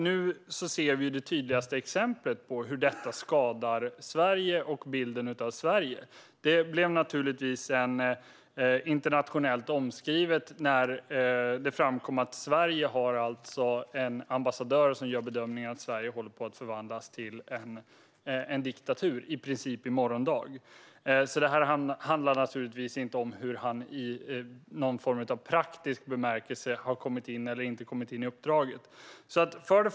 Nu ser vi det tydligaste exemplet på hur detta skadar Sverige och bilden av Sverige. Det blev naturligtvis internationellt omskrivet när det framkom att Sverige har en ambassadör som gör bedömningen att Sverige håller på att förvandlas till en diktatur, i princip i morgon. Detta handlar naturligtvis inte om hur han i någon form av praktisk bemärkelse har eller inte har kommit in i uppdraget.